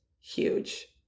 huge